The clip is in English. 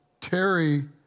Terry